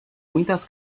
muitas